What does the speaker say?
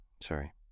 sorry